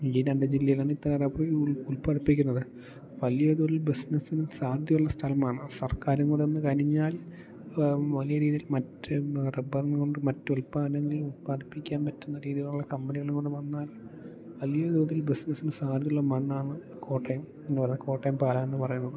ഈ രണ്ടു ജില്ലയിലാണ് ഇത്ര റബ്ബറ് ഉൽപാദിപ്പിക്കുന്നത് വലിയതോതിൽ ബിസിനസ്സിന് സാധ്യതയുള്ള സ്ഥലമാണ് സർക്കാരുംകൂടി ഒന്നു കനിഞ്ഞാൽ വലിയ രീതിയിൽ മറ്റു റബ്ബർകൊണ്ട് മറ്റു ഉൽപാദനങ്ങളിൽ ഉൽപാദിപ്പിക്കാൻ പറ്റുന്ന രീതിയിലുള്ള കമ്പനികൾ കൂടി വന്നാൽ വലിയ തോതിൽ ബിസിനസ്സിന് സാധ്യതയുള്ള മണ്ണാണ് കോട്ടയം എന്നു പറയാം കോട്ടയം പാലയെന്നു പറയുന്നത്